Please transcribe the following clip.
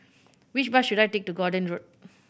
which bus should I take to Gordon Road